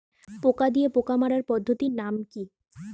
পোকা দিয়ে পোকা মারার পদ্ধতির নাম কি?